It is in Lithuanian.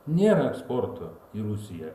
nėra eksporto į rusiją